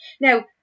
Now